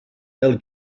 pel